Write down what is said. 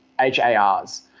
HARs